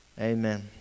Amen